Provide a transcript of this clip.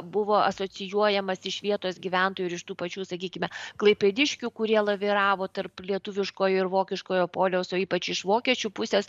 buvo asocijuojamas iš vietos gyventojų ir iš tų pačių sakykime klaipėdiškių kurie laviravo tarp lietuviškojo ir vokiškojo poliaus o ypač iš vokiečių pusės